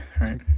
right